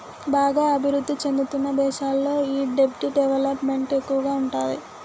బాగా అభిరుద్ధి చెందుతున్న దేశాల్లో ఈ దెబ్ట్ డెవలప్ మెంట్ ఎక్కువగా ఉంటాది